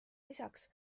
lisaks